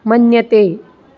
मन्यते